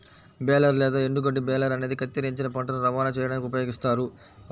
baler లేదా ఎండుగడ్డి baler అనేది కత్తిరించిన పంటను రవాణా చేయడానికి ఉపయోగిస్తారు